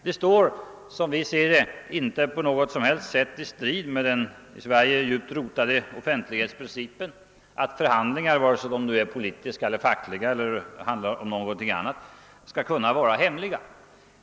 Det står inte på något som helst sätt i strid med den i Sverige djupt rotade offentlighetsprincipen att förhandlingar, vare sig de är politiska eller fackliga eller handlar om någonting annat, skall kunna vara hemliga.